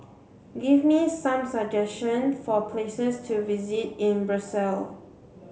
give me some suggestion for places to visit in Brussel